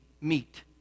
meet